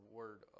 word